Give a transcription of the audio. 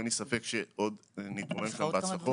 אין לי ספק שעוד נשמע על ההצלחות.